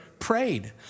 prayed